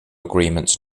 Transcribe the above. agreements